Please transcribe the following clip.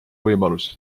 võimalus